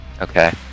Okay